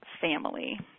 family